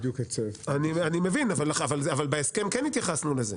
אני מבין, אבל בהסכם כן התייחסנו לזה.